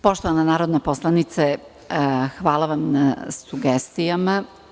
Poštovana narodna poslanice hvala vam na sugestijama.